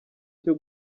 cyo